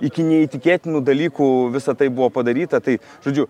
iki neįtikėtinų dalykų visa tai buvo padaryta tai žodžiu